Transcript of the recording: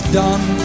done